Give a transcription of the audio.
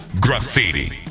Graffiti